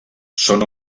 són